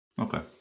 Okay